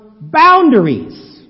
boundaries